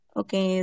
okay